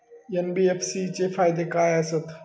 NBFC चे फायदे खाय आसत?